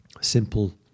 simple